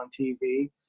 TV